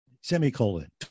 semicolon